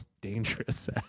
dangerous